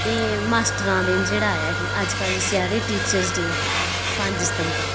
एह् मास्टरा दिन जेहडा आया उठी अजकल जिसी आक्खदे टीचर्स डे पंज सितम्बर